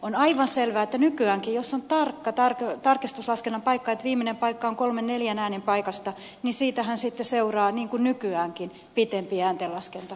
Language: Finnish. on aivan selvää että nykyäänkin jos on tarkka tarkistuslaskennan paikka että viimeinen paikka on kolmesta neljästä äänestä kiinni siitähän sitten seuraa niin kuin nykyäänkin pidempi ääntenlaskenta